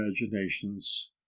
imaginations